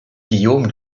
guillaume